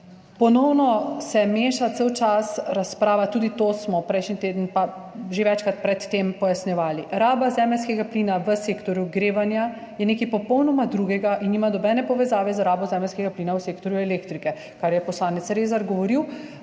Ponovno se cel čas meša razprava, tudi to smo prejšnji teden in že večkrat pred tem pojasnjevali, raba zemeljskega plina v sektorju ogrevanja je nekaj popolnoma drugega in nima nobene povezave z rabo zemeljskega plina v sektorju elektrike, kar je govoril